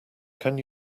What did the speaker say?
can